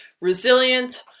resilient